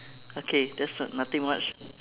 okay that's what nothing much